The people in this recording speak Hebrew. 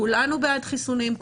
כולנו בעד חיסונים,